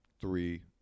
three